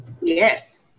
Yes